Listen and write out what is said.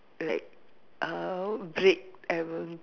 like uh great album